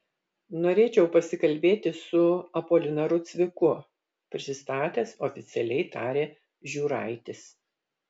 norėčiau pasikalbėti su apolinaru cviku prisistatęs oficialiai tarė žiūraitis